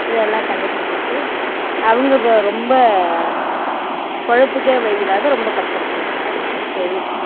இதெல்லாம் கனெக்ஷன் கொடுத்து அவங்க இப்போ ரொம்ப பிழப்புக்கே வழியில்லாத ரொம்ப கஷ்டப்பட்டுகிட்ருக்காங்கங்க தெருக்கூத்து